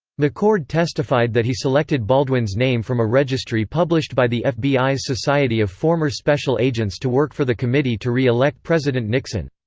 mccord testified that he selected baldwin's name from a registry published by the fbi's society of former special agents to work for the committee to re-elect president nixon.